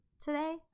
Today